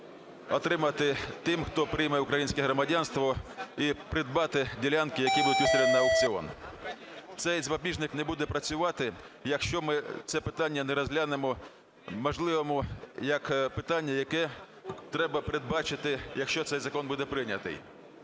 отримати тим, хто прийме українське громадянство, і придбати ділянки, які будуть виставлені на аукціон. Цей запобіжник не буде працювати, якщо ми це питання не розглянемо, можливо, як питання, яке треба передбачити, якщо цей закон буде прийнятий.